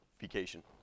vacation